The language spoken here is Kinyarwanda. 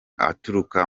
aturuka